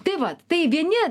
tai vat tai vieni